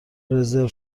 رزرو